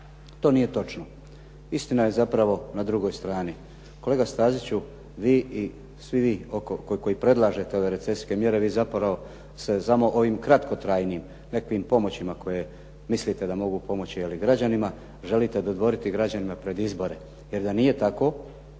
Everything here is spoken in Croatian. To nije točno. Istina je zapravo na drugoj strani. Kolega Staziću vi i svi vi koji predlažete ove recesijske mjere vi zapravo se ovim kratkotrajnim nekim pomoćima koje mislite da mogu pomoći je li građanima, želite dodvoriti građanima pred izbore, jer da nije tako,